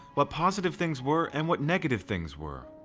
what positive things were and what negative things were.